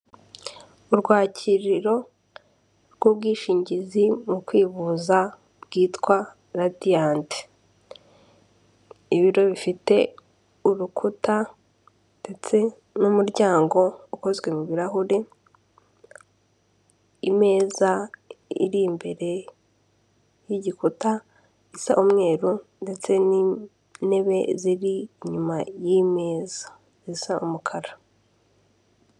Urwakiririro rw'ubwishingizi mu kwivuza bwitwa radiyati, ibiro bifite urukuta ndetse n'umuryango ukozwe murahure imeza iri imbere y'igikuta gisa umweru ndetse n'intebe ziri inyuma y'imeza isa umukara.